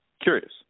Curious